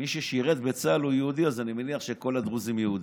מי ששירת בצה"ל הוא יהודי, אז כל הדרוזים יהודים.